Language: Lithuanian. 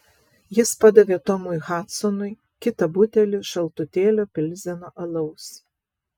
jis padavė tomui hadsonui kitą butelį šaltutėlio pilzeno alaus